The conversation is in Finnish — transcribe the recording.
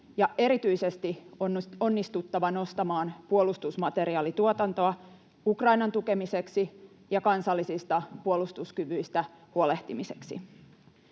ja erityisesti on onnistuttava nostamaan puolustusmateriaalituotantoa Ukrainan tukemiseksi ja kansallisista puolustuskyvyistä huolehtimiseksi.